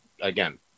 again